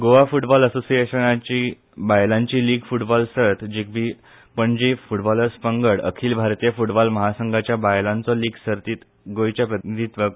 Goa football असोसिएशनाची बायलांची league football सर्त जिखपी पणजी फूटबॉलर्स पंगड अखील भारती फुटबॉल महासंघाच्या बायलांचे लीग सर्तींत गोंयचे प्रतिनिधित्व करतलो